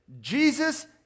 Jesus